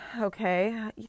Okay